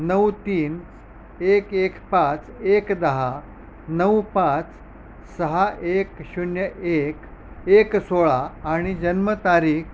नऊ तीन एक एक पाच एक दहा नऊ पाच सहा एक शून्य एक एक सोळा आणि जन्मतारीख